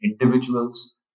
individuals